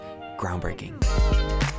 groundbreaking